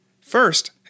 First